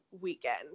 weekend